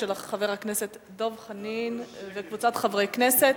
של חבר הכנסת דב חנין וקבוצת חברי הכנסת.